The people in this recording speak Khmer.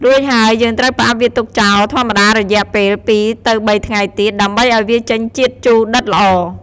រួចហើយយើងត្រូវផ្អាប់វាទុកចោលធម្មតារយៈពេល ២ ទៅ៣ថ្ងៃទៀត ដើម្បីឱ្យវាចេញជាតិជូរដិតល្អ។